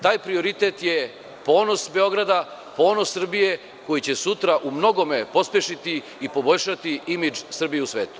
Taj prioritet je ponos Beograda, ponos Srbije, koji će sutra u mnogome pospešiti i poboljšati imidž Srbije u svetu.